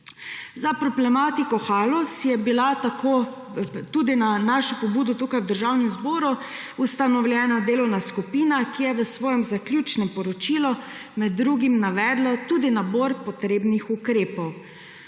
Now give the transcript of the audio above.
Za problematiko Haloz je bila tako tudi na našo pobudo tukaj v Državnem zboru ustanovljena delovna skupina, ki je v svojem zaključnem poročilu med drugim navedla tudi nabor potrebnih ukrepov.